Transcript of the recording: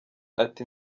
ati